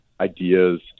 ideas